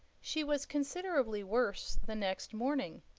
she was considerably worse the next morning.